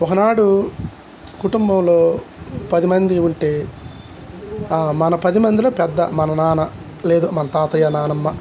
ఒకనాడు కుటుంబంలో పదిమంది ఉంటే మన పదిమందిలో పెద్ద మన నాన్న లేదు మన తాతయ్య నానమ్మ